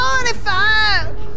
Forty-five